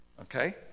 Okay